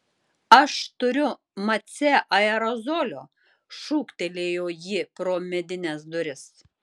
aš turiu mace aerozolio šūktelėjo ji pro medines duris